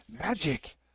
magic